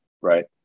Right